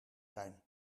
zijn